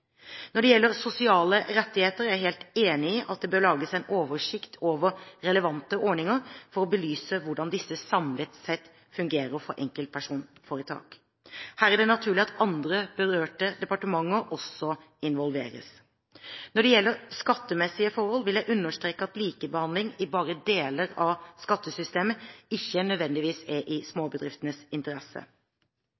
Når det gjelder sosiale rettigheter, er jeg helt enig i at det bør lages en oversikt over relevante ordninger for å belyse hvordan disse samlet sett fungerer for enkeltpersonforetak. Her er det naturlig at andre berørte departementer også involveres. Når det gjelder skattemessige forhold, vil jeg understreke at likebehandling i bare deler av skattesystemet ikke nødvendigvis er i